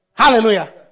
Hallelujah